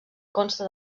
consta